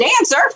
dancer